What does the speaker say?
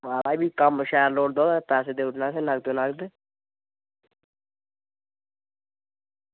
महाराज कम्म शैल लोड़दा पैसे देई ओड़ना नकदो नकद देई ओड़गे